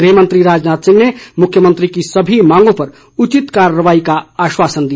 गृह मंत्री राजनाथ सिंह ने मुख्यमंत्री की सभी मांगों पर उचित कार्रवाई का आश्वासन दिया